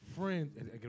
friends